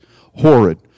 horrid